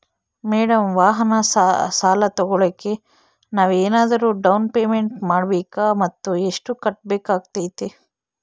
Madam ವಾಹನ ಸಾಲ ತೋಗೊಳೋಕೆ ನಾವೇನಾದರೂ ಡೌನ್ ಪೇಮೆಂಟ್ ಮಾಡಬೇಕಾ ಮತ್ತು ಎಷ್ಟು ಕಟ್ಬೇಕಾಗ್ತೈತೆ?